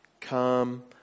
Come